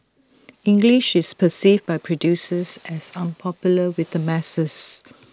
English is perceived by producers as unpopular with the masses